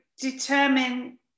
determine